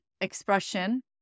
expression